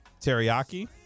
Teriyaki